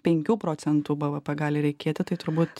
penkių procentų bvp gali reikėti tai turbūt